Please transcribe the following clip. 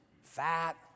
fat